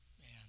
man